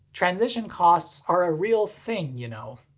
transition costs are a real thing, you know.